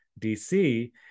DC